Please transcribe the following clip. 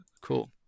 cool